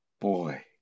boy